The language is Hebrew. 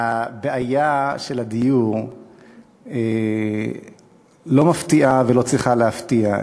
הבעיה של הדיור לא מפתיעה ולא צריכה להפתיע.